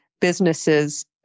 businesses